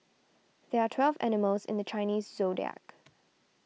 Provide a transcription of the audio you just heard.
there are twelve animals in the Chinese zodiac